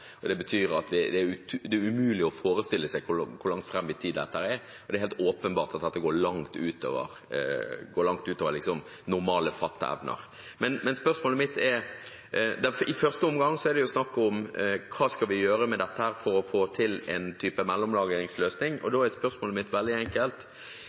egenskaper. Det betyr at det er umulig å forestille seg hvor langt fram i tid dette er, og det er helt åpenbart at dette går langt ut over normal fatteevne. I første omgang er det jo snakk om hva vi skal gjøre for å få til en type mellomlagringsløsning, og